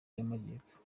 y’amajyepfo